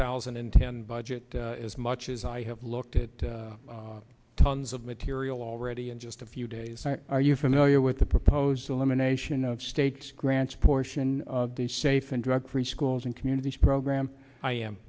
thousand and ten budget as much as i have looked at tons of material already in just a few days are you familiar with the proposed elimination of state's grants portion of the safe and drug free schools and communities program i